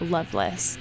Loveless